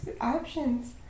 options